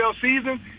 season